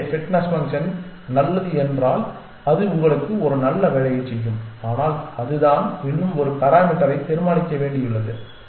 எனவே fitness function நல்லது என்றால் அது உங்களுக்கு ஒரு நல்ல வேலையைச் செய்யும் ஆனால் அதுதான் இன்னும் ஒரு பாராமீட்டரை தீர்மானிக்கப்பட வேண்டியுள்ளது